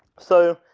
so,